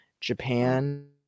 Japan